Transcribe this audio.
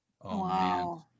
Wow